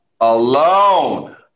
alone